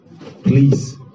please